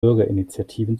bürgerinitiativen